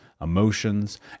emotions